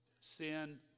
Sin